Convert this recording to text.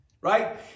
Right